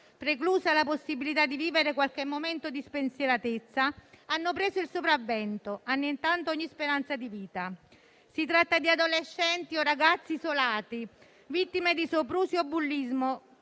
preclusa la possibilità di vivere qualche momento di spensieratezza, hanno preso il sopravvento, annientando ogni speranza di vita. Si tratta di adolescenti o ragazzi isolati, vittime di soprusi o bullismo,